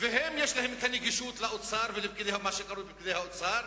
ויש להם גישה לאוצר ולמה שקרוי פקידי האוצר